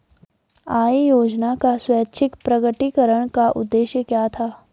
आय योजना का स्वैच्छिक प्रकटीकरण का उद्देश्य क्या था?